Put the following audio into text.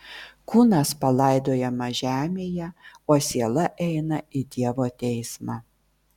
kūnas palaidojamas žemėje o siela eina į dievo teismą